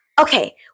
Okay